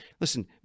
listen